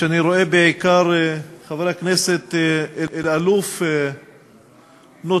ואני רואה בעיקר את חבר הכנסת אלאלוף שנותר,